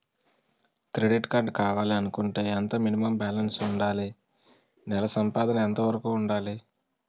Credit card కావాలి అనుకుంటే ఎంత మినిమం బాలన్స్ వుందాలి? నెల సంపాదన ఎంతవరకు వుండాలి?